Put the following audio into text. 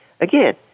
again